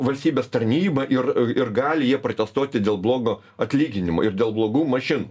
valstybės tarnyba ir ir gali jie protestuoti dėl blogo atlyginimo ir dėl blogų mašinų